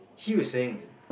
he was saying